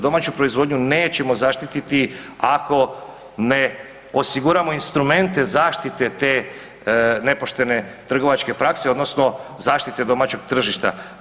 Domaću proizvodnju nećemo zaštititi ako ne osiguramo instrumente zaštite te nepoštene trgovačke prakse odnosno zaštite domaćeg tržišta.